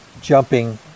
jumping